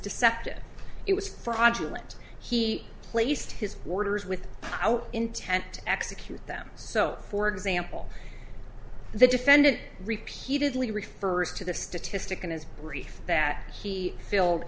deceptive it was fraudulent he placed his orders with intent execute them so for example the defendant repeatedly refers to the statistic in his brief that he filled